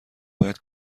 باید